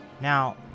Now